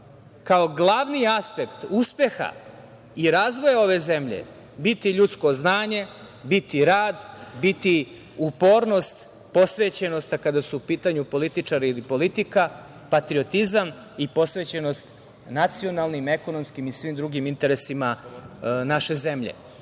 kao glavni aspekt uspeha i razvoja ove zemlje biti ljudsko znanje, biti rad, biti upornost, posvećenost, a kada su u pitanju političari ili politika – patriotizam i posvećenost nacionalnim, ekonomskim i svim drugim interesima naše zemlje. Prema